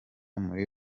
muri